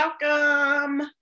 Welcome